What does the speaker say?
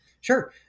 Sure